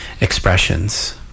expressions